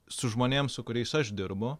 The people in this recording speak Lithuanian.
su žmonėm su kuriais aš dirbu